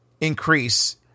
increase